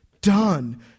Done